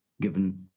given